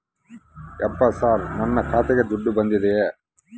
ಯಪ್ಪ ಸರ್ ನನ್ನ ಖಾತೆಗೆ ದುಡ್ಡು ಬಂದಿದೆಯ?